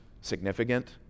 significant